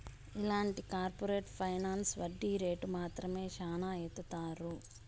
ఇలాంటి corporate finance వడ్డీ rate మాత్రం శ్యానా ఏత్తారు